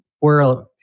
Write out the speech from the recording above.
world